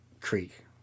Creek